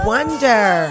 Wonder